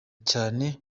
cyane